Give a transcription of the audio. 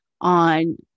on